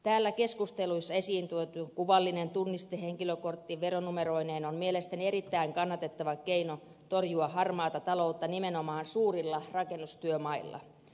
täällä keskusteluissa esiin tuotu kuvallinen tunniste henkilökortti veronumeroineen on mielestäni erittäin kannatettava keino torjua harmaata taloutta nimenomaan suurilla rakennustyömailla